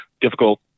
difficult